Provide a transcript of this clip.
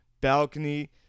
balcony